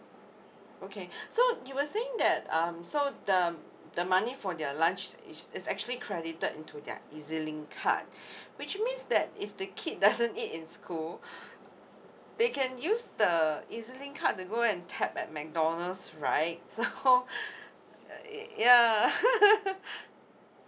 okay so you were saying that um so the the money for their lunch is is actually credited into their E Z link card which means that if the kid doesn't eat in school they can use the E Z link card to go and tap at mcdonalds right so yeah